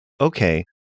okay